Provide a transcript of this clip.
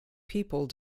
people